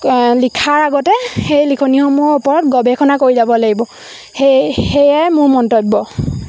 লিখাৰ আগতে সেই লিখনিসমূহৰ ওপৰত গৱেষণা কৰি ল'ব লাগিব সেয়ে সেয়াই মোৰ মন্তব্য